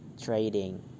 trading